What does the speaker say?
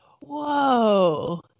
whoa